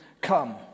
come